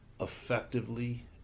effectively